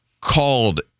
called